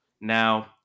Now